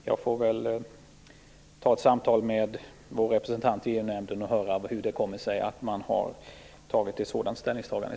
Jag får väl ta ett samtal med vår representant i EU-nämnden och höra hur det kan komma sig att man i så fall har gjort ett sådant ställningstagande.